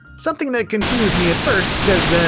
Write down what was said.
something that confused me at first cuz, ah.